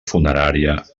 funerària